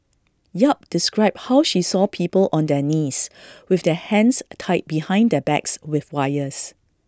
yap described how she saw people on their knees with their hands tied behind their backs with wires